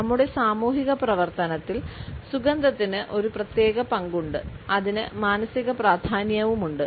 നമ്മുടെ സാമൂഹിക പ്രവർത്തനത്തിൽ സുഗന്ധത്തിന് ഒരു പ്രത്യേക പങ്കുണ്ട് അതിന് മാനസിക പ്രാധാന്യവുമുണ്ട്